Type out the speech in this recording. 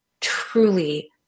truly